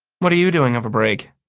what are you doing over break?